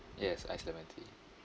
yes ice lemon tea